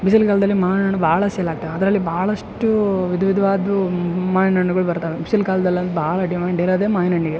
ಬಿಸಿಲ್ಗಾಲ್ದಲ್ಲಿ ಮಾವಿನ ಹಣ್ಣು ಭಾಳ ಸೇಲ್ ಆಗ್ತಾವ ಅದರಲ್ಲಿ ಭಾಳಷ್ಟು ವಿದ್ ವಿದ್ವಾದು ಮಾವಿನ ಹಣ್ಗಳು ಬರ್ತವೆ ಬಿಸಿಲ್ಗಾಲ್ದಲ್ಲಿ ಭಾಳ ಡಿಮ್ಯಾಂಡ್ ಇರೋದೇ ಮಾವಿನಹಣ್ಣಿಗೆ